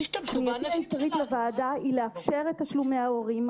קריאתי העיקרית לוועדה היא לאפשר את תשלומי ההורים,